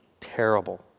terrible